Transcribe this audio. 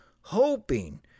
hoping